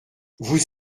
vous